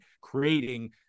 creating